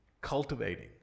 cultivating